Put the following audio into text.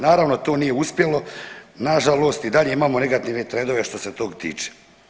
Naravno, to nije uspjelo, na žalost i dalje imamo negativne trendove što se tog tiče.